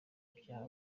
bya